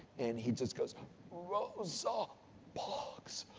and he just goes rosa parks,